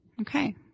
Okay